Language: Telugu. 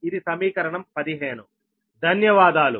ఇది సమీకరణం 15